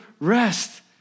rest